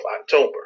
October